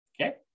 okay